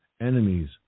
enemies